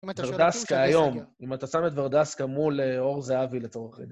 אם אתה שם את ורדסקה היום; אם אתה שם את ורדסקה מול אור זהבי לצורך הידיעה.